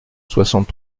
soixante